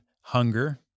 hunger